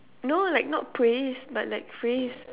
no like not praise but like phrase